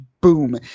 Boom